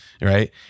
Right